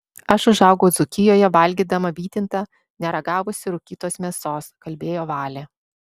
aš užaugau dzūkijoje valgydama vytintą neragavusi rūkytos mėsos kalbėjo valė